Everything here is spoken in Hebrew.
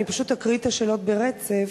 אני פשוט אקריא את השאלות ברצף.